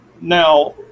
Now